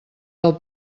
del